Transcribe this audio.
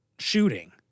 shooting